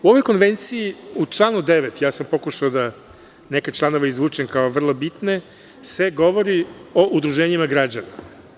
U ovoj konvenciji u članu 9, pokušao sam neke članove da izvučem kao vrlo bitne, se govori o udruženjima građana.